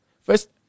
First